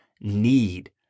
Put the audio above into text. need